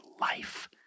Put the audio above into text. life